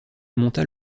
monta